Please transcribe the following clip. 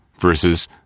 versus